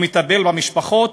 הוא מטפל במשפחות,